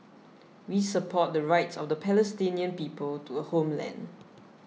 we support the rights of the Palestinian people to a homeland